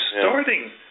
starting